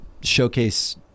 showcase